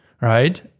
Right